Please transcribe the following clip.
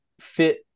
fit